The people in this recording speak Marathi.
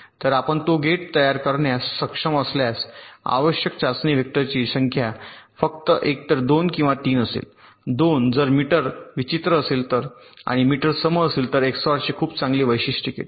तर आपण तो गेट तयार करण्यास सक्षम असल्यास आवश्यक चाचणी वेक्टरची संख्या फक्त एकतर 2 किंवा 3 असेल २ जर मीटर विचित्र असेल आणि मीटर सम असेल तर हे एक्सओआरचे खूप चांगले वैशिष्ट्य गेट आहे